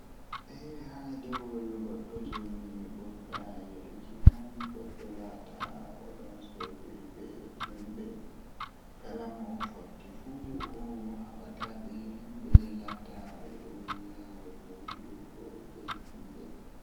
Ko mi ɓurɗaa yiɗuki haa ɓi'aadama kanjum woni goɗɗo laata odon mari gonga nden o Dara haa dow haala maako to o wolwi nden mi ɗon yiɗi goɗɗo mo waɗata huunde hakkunde mako be Allah Wala seito goɗɗo feere doolimo, To goɗɗo ɗon mari haaliiji ɗo mi yiɗan haala maako masin.